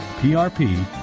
PRP